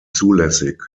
zulässig